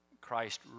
Christ